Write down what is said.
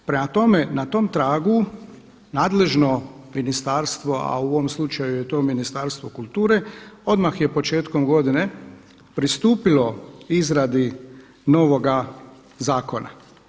Prema tome, na tom tragu nadležno ministarstvo a u ovom slučaju je to Ministarstvo kulture odmah je početkom godine pristupilo izradi novoga zakona.